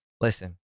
Listen